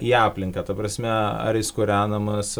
į aplinką ta prasme ar jis kūrenamas